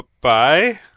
Bye